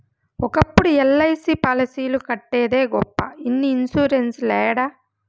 ఒకప్పుడు ఎల్.ఐ.సి పాలసీలు కట్టేదే గొప్ప ఇన్ని ఇన్సూరెన్స్ లేడ